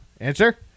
Answer